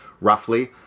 roughly